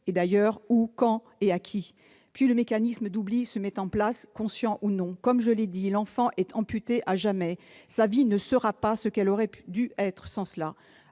D'ailleurs, où, quand et à qui parlerait-il ? Puis, le mécanisme d'oubli se met en place, consciemment ou non. Comme je l'ai dit, l'enfant est amputé à jamais. Sa vie ne sera pas ce qu'elle aurait dû être.